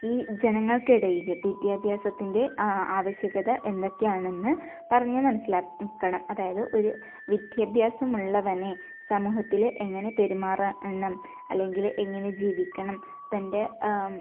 ഈ ജനങ്ങൾക്കിടയിൽ വിദ്യാഭ്യാസത്തിൻ്റെ ആവശ്യകത എന്തൊക്കെയാണെന്ന് പറഞ്ഞ് മനസ്സിലാക്കണം അതായത് ഒരു വിദ്യാഭ്യാസം ഉള്ളവനെ സമൂഹത്തിൽ എങ്ങനെ പെരുമാറാണം അല്ലെങ്കിൽ എങ്ങനെ ജീവിക്കണം തൻ്റെ